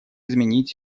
изменить